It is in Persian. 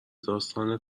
داستان